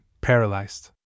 paralyzed